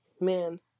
man